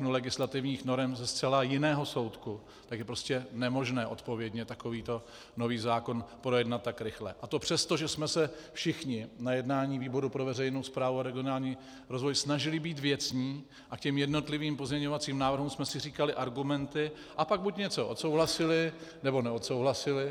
legislativních norem ze zcela jiného soudku, tak je prostě nemožné odpovědně takovýto nový zákon projednat tak rychle, a to přesto, že jsme se všichni na jednání výboru pro veřejnou správu a regionální rozvoj snažili být věcní a k jednotlivým pozměňovacím návrhům jsme si říkali argumenty a pak buď něco odsouhlasili, nebo neodsouhlasili.